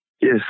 Yes